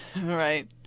Right